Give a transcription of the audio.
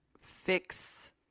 fix